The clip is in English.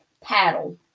paddle